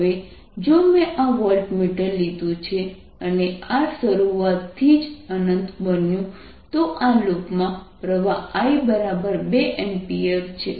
હવે જો મેં આ વોલ્ટમીટર લીધું છે અને R શરૂઆતથી જ અનંત બન્યું તો આ લૂપ માં પ્રવાહ I2 એમ્પીયર છે